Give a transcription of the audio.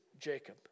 Jacob